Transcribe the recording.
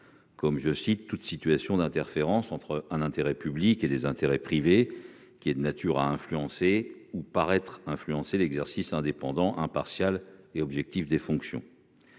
comme « toute situation d'interférence entre un intérêt public et des intérêts privés qui est de nature à influencer ou paraître influencer l'exercice indépendant, impartial et objectif de ses fonctions ».